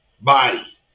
body